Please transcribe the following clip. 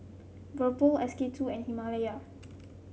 S K two and Himalaya